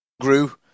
grew